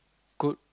good